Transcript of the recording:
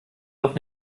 doch